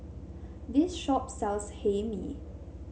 this shop sells Hae Mee